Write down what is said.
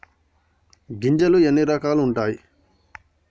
గింజలు ఎన్ని రకాలు ఉంటాయి?